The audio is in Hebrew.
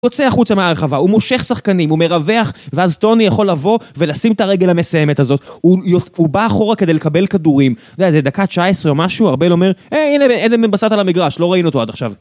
הוא יוצא החוצה מהרחבה, הוא מושך שחקנים, הוא מרווח, ואז טוני יכול לבוא ולשים את הרגל המסיימת הזאת. הוא בא אחורה כדי לקבל כדורים. אתה יודע, איזה דקה תשע עשרה או משהו, ארבל אומר, אה, הנה, עדן בן בסט על המגרש, לא ראינו אותו עד עכשיו.